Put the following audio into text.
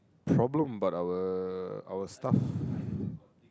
problem about our our stuff